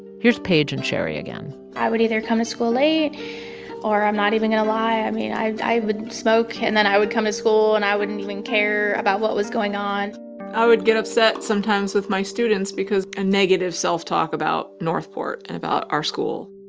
here's paige and cheri again i would either come to school late or i'm not even going to lie i mean, i i would smoke and then i would come to school and i wouldn't even care about what was going on i would get upset sometimes with my students because of ah negative self-talk about north port and about our school.